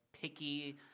Picky